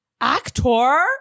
actor